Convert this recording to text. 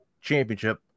Championship